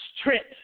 strength